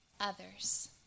others